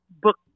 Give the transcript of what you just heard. book